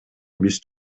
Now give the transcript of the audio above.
биз